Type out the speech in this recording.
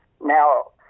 now